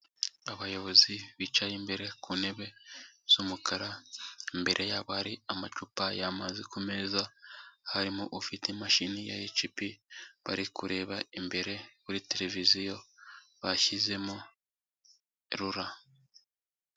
Abayobozi bicaye imbere ku ntebe z'umukara, imbere yabo hari amacupa y'amazi ku meza, harimo ufite imashini ya HP, bari kureba imbere kuri televiziyo bashyizemo RURA.